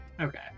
Okay